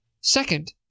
Second